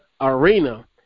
arena